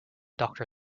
doctor